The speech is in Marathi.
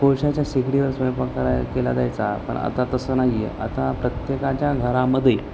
कोळशाच्या शेगडीवर स्वयंपाक कराय केला जायचा पण आता तसं नाही आहे आता प्रत्येकाच्या घरामध्ये